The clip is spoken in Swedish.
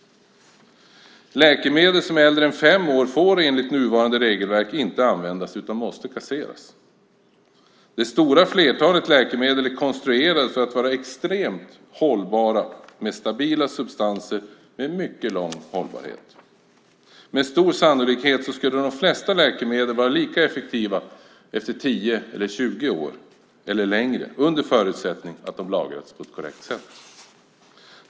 Läkemedel som är äldre än fem år får enligt nuvarande regelverk inte användas, utan måste kasseras. Det stora flertalet läkemedel är konstruerade för att vara extremt hållbara, med stabila substanser med mycket lång hållbarhet. Med stor sannolikhet skulle de flesta läkemedel vara lika effektiva efter 10 eller 20 år eller längre, under förutsättning att de lagras på ett korrekt sätt.